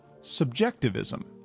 subjectivism